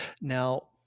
Now